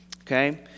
Okay